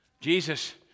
Jesus